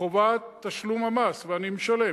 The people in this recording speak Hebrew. חובת תשלום המס, ואני משלם.